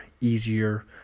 easier